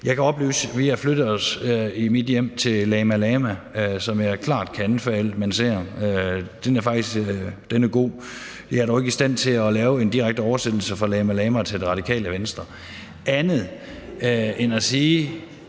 Jeg kan oplyse, at vi i mit hjem har flyttet os til Llama Llama, som jeg klart kan anbefale at man ser. Den er god. Jeg er dog ikke i stand til at lave en direkte overførsel fra Llama Llama til Det Radikale Venstre andet end at sige,